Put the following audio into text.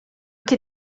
che